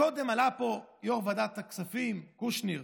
קודם עלה פה יו"ר ועדת הכספים קושניר